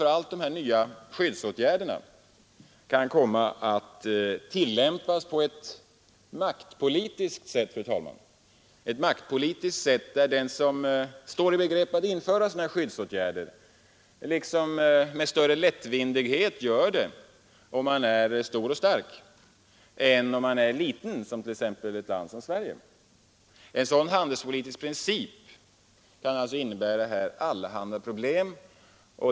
Det är den risk, fru talman, att dessa kan komma att tillämpas på ett maktpolitiskt sätt, där den nation som är stor och stark kan göra det med större lättvindighet än den som är liten — t.ex. ett land som Sverige. En sådan handelspolitisk princip kan alltså innebära allehanda problem.